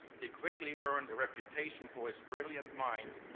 he quickly earned a reputation for his brilliant mind,